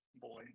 boy